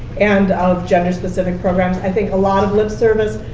and of gender-specific programs. i think a lot of lip service